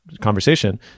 conversation